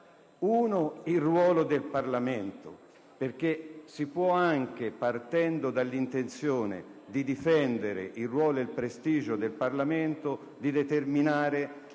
è il ruolo del Parlamento; a volte, infatti, partendo dall'intenzione di difendere il ruolo e il prestigio del Parlamento, si può determinare